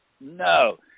No